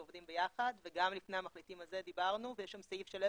עובדים ביחד וגם לפני המחליטים הזה דיברנו ויש שם סעיף שלם